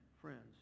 friends